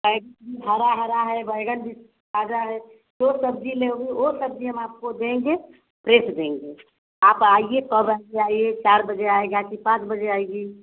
भी हरा हरा है बैंगन भी ताज़ा है जो सब्ज़ी लेओगी वह सब्ज़ी हम आपको देंगे फ्रेस देंगे आप आइए कब आएगा चार बजे आएगा कि पाँच बजे आएँगी